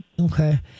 Okay